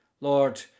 lord